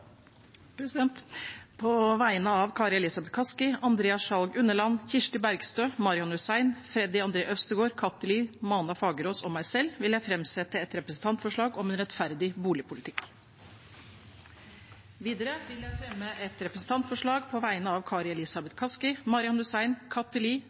På vegne av Kari Elisabeth Kaski, Andreas Sjalg Unneland, Kirsti Bergstø, Marian Hussein, Freddy André Øvstegård, Kathy Lie, Mona Fagerås og meg selv vil jeg framsette et representantforslag om en rettferdig boligpolitikk. Videre vil jeg framsette et representantforslag på vegne av Kari